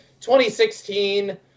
2016